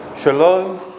Shalom